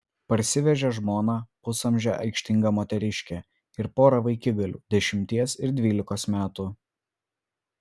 parsivežė žmoną pusamžę aikštingą moteriškę ir porą vaikigalių dešimties ir dvylikos metų